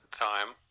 time